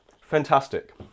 Fantastic